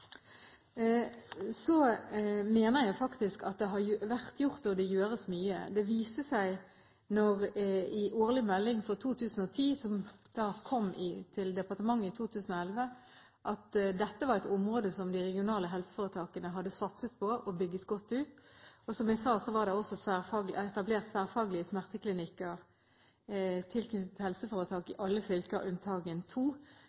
Så mener jeg faktisk at det har vært gjort, og at det gjøres, mye. Det viste seg i Årlig melding 2010–2011, som kom til departementet i 2011, at dette var et område som de regionale helseforetakene hadde satset på og bygget godt ut. Og, som jeg sa, det var også etablert tverrfaglige smerteklinikker tilknyttet helseforetakene i alle fylker unntatt to.